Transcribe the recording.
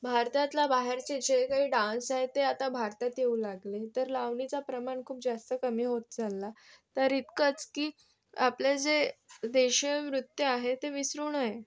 भारतातल्या बाहेरचे जे काही डान्स आहेत ते आता भारतात येऊ लागले तर लावणीचं प्रमाण खूप जास्त कमी होत चालला तर इतकंच की आपलं जे देश नृत्य आहे ते विसरू नये